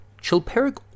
Chilperic